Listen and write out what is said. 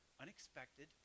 unexpected